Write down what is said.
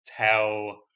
tell